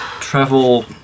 travel